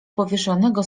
powieszonego